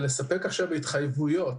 לספק עכשיו הוצאות